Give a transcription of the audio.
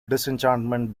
disenchantment